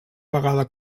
vegada